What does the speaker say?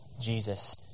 Jesus